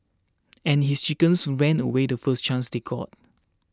and his chickens ran away the first chance they got